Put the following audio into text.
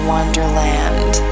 Wonderland